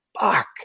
fuck